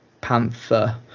panther